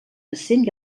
decent